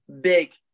big